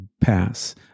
pass